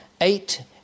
eight